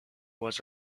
was